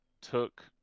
took